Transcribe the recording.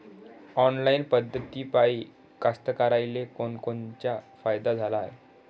Online पद्धतीपायी कास्तकाराइले कोनकोनचा फायदा झाला हाये?